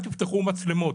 תפתחו מצלמות'.